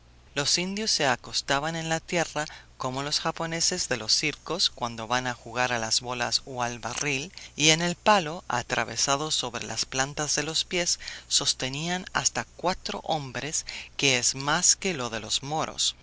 los indios se acostaban en la tierra como los japoneses de los circos cuando van a jugar a las bolas o al barril y en el palo atravesado sobre las plantas de los pies sostenían hasta cuatro hombres que es más que lo de los moros